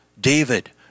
David